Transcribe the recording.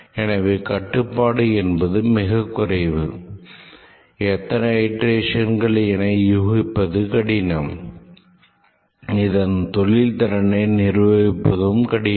எனவே கட்டுப்பாடு என்பது மிக குறைவு எத்தனை iterations என யூகிப்பது கடினம் இதன் தொழில்திறனை நிர்வகிப்பது கடினம்